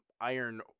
iron